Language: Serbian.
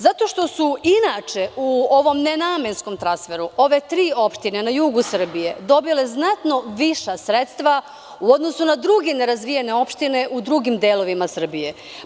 Zato što su inače u ovom nenamenskom transferu ove tri opštine na jugu Srbije dobile znatno viša sredstva u odnosu na druge nerazvijene opštine u drugim delovima Srbije.